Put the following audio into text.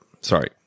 sorry